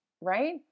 right